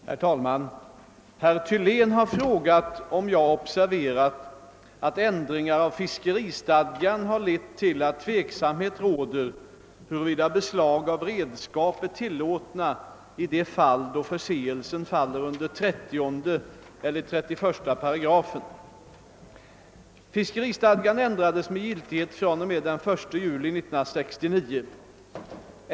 Herr talman! Herr Thylén har frågat om jag observerat att ändringar av fiskeristadgan har lett till att tveksamhet råder huruvida beslag av redskap är tillåtna i de fall då förseelsen faller under 30 eller 31 8. Fiskeristadgan ändrades med giltighet fr.o.m. den 1 juli 1969.